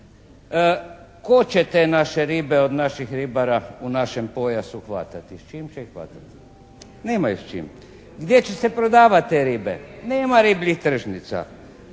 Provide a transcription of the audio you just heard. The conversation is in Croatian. Tko će te naše ribe od naših ribara u našem pojasu hvatati? S čim će ih hvatati? Nemaju sa čim. Gdje će se prodavat te ribe? Nema ribljih tržnica.